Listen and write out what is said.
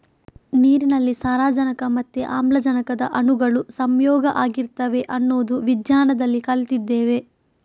ನೀರಿನಲ್ಲಿ ಸಾರಜನಕ ಮತ್ತೆ ಆಮ್ಲಜನಕದ ಅಣುಗಳು ಸಂಯೋಗ ಆಗಿರ್ತವೆ ಅನ್ನೋದು ವಿಜ್ಞಾನದಲ್ಲಿ ಕಲ್ತಿದ್ದೇವೆ